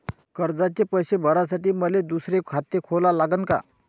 कर्जाचे पैसे भरासाठी मले दुसरे खाते खोला लागन का?